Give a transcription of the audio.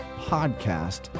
podcast